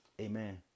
amen